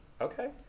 Okay